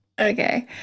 Okay